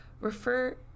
refer